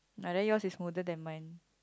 ah then yours is smoother than mine